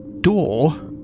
door